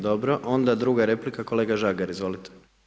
Dobro, onda druga replika, kolega Žagar, izvolite.